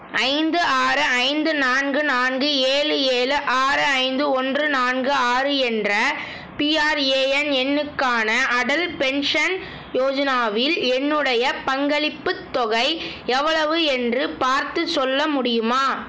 ஐந்து ஆறு ஐந்து நான்கு நான்கு ஏழு ஏழு ஆறு ஐந்து ஒன்று நான்கு ஆறு என்ற பிஆர்ஏஎன் எண்ணுக்கான அடல் பென்ஷன் யோஜனாவில் என்னுடைய பங்களிப்புத் தொகை எவ்வளவு என்று பார்த்து சொல்ல முடியுமா